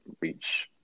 reach